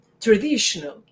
traditional